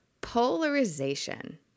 polarization